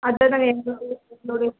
அது தாங்க என்னுடைய என்னுடைய